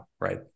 right